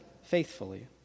faithfully